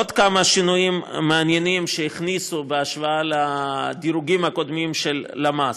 עוד כמה שינויים מעניינים שהכניסו בהשוואה לדירוגים הקודמים של למ"ס.